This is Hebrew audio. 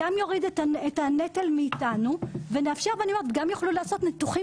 גם יוריד את הנטל מאתנו וגם יוכלו לעשות ניתוחים